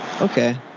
Okay